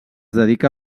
dedica